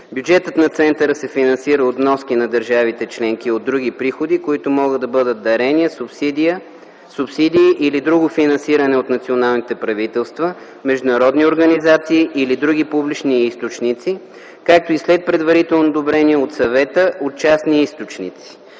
Бюджетът на Центъра се финансира от вноски на държавите членки и от други приходи, които могат да бъдат дарения, субсидии или друго финансиране от националните правителства, международни организации или други публични източници, както и след предварително одобрение от Съвета – от частни източници.